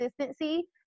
consistency